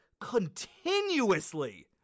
continuously